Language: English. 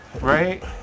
right